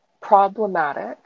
problematic